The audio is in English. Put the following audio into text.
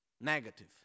negative